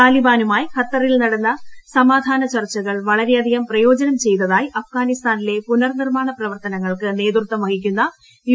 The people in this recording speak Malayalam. താലി ബാനുമായി ഖത്തറിൽ നടന്ന സമാധാന ചർച്ചകൾ വളരെയധികം പ്രയോജനം ചെയ്തതായി അഫ്ഗാനിസ്ഥാനിലെ പുനർ നിർമ്മാണ പ്രവർത്തനങ്ങൾക്ക് നേതൃത്വം വഹിക്കുന്ന യു